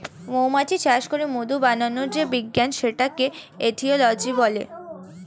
মৌমাছি চাষ করে মধু বানানোর যে বিজ্ঞান সেটাকে এটিওলজি বলে